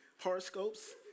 horoscopes